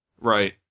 Right